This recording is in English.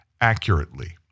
accurately